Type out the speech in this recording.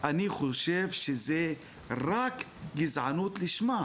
אני חושבת שזה דיון סופר חשוב.